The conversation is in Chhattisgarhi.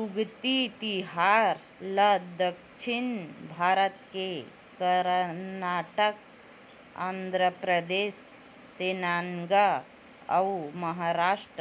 उगादी तिहार ल दक्छिन भारत के करनाटक, आंध्रपरदेस, तेलगाना अउ महारास्ट